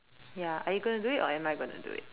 ya are you going to do it or am I going to do it